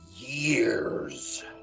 Years